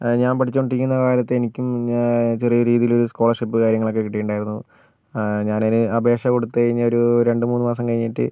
ഞാൻ പഠിച്ചോണ്ടിരിക്കുന്ന കാലത്ത് എനിക്കും ചെറിയ രീതിയിൽ ഒരു സ്കോളർഷിപ്പ് കാര്യങ്ങളൊക്കെ കിട്ടിയിട്ടുണ്ടായിരുന്നു ഞാൻ അതിന് അപേക്ഷ കൊടുത്തു കഴിഞ്ഞു ഒരു രണ്ടു മൂന്നു മാസം കഴിഞ്ഞിട്ട്